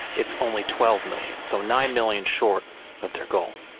it's only twelve million, so nine million short of their goal.